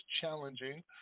challenging